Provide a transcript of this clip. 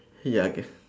ya okay